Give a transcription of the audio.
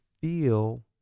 feel